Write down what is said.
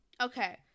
Okay